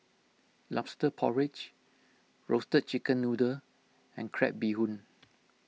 Lobster Porridge Roasted Chicken Noodle and Crab Bee Hoon